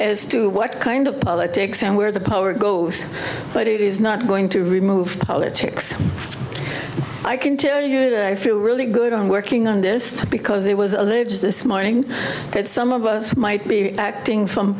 as to what kind of politics and where the power goes but it is not going to remove politics i can tell you that i feel really good on working on this because it was alleged this morning ok some of us might be acting from